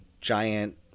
giant